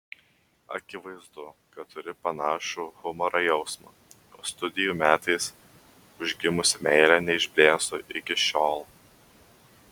akivaizdu kad turi panašų humoro jausmą o studijų metais užgimusi meilė neišblėso iki šiol